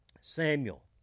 Samuel